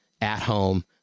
at-home